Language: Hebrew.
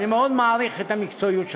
אני מאוד מעריך את המקצועיות שלך,